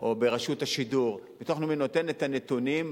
או ברשות השידור ביטוח לאומי נותן את הנתונים,